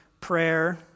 prayer